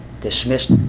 Dismissed